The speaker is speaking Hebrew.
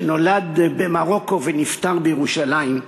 שנולד במרוקו ונפטר בירושלים,